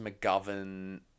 McGovern